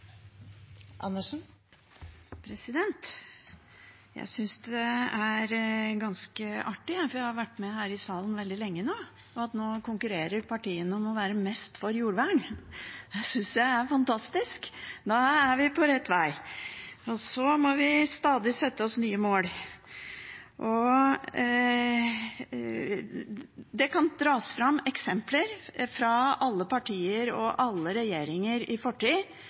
ganske artig, for jeg har vært med her i salen veldig lenge, og nå konkurrerer partiene om å være mest for jordvern. Det syns jeg er fantastisk – da er vi på rett vei! Så må vi stadig sette oss nye mål. Det kan dras fram eksempler fra alle partier og alle regjeringer i fortid